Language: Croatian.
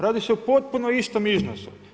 Radi se o potpunom istom iznosu.